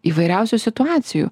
įvairiausių situacijų